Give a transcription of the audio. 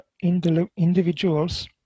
individuals